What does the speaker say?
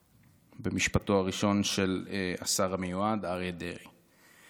במשפטו הראשון של השר המיועד אריה דרעי.